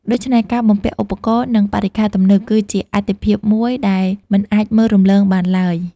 ដូច្នេះ ការបំពាក់ឧបករណ៍ និងបរិក្ខារទំនើប គឺជាអាទិភាពមួយដែលមិនអាចមើលរំលងបានឡើយ។